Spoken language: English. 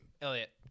elliot